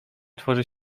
tworzy